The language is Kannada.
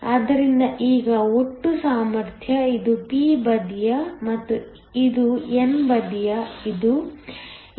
ಆದ್ದರಿಂದ ಈಗ ಒಟ್ಟು ಸಾಮರ್ಥ್ಯ ಇದು p ಬದಿಯ ಮತ್ತು ಇದು n ಬದಿಯ ಇದು eVo Vext